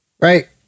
Right